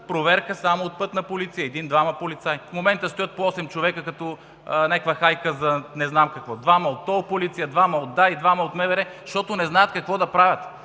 проверка само от „Пътна полиция“, един-двама полицаи. В момента стоят по осем човека като някаква хайка за не знам какво – двама от тол полиция, двама от ДАИ, двама от МВР, защото не знаят какво да правят!